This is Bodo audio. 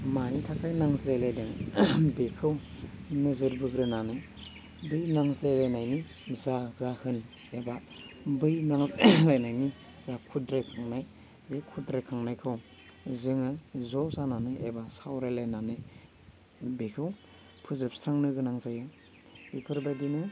मानि थाखाय नांज्लायलायदों बेखौ नोजोर बोग्रोनानै बे नांज्लायलायनायनि जा जाहोन एबा बै नां ज्लायनायनि जा खुद्रायखांनाय बे खुद्रायखांनायखौ जोङो ज' जानानै एबा सावरायलायनानै बेखौ फोजोबस्रांनो गोनां जायो बेफोरबादिनो